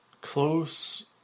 Close